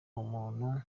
umuntu